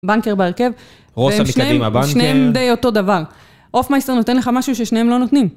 בנקר בהרכב, ושניהם די אותו דבר. הופמייסטר נותן לך משהו ששניהם לא נותנים.